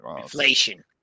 inflation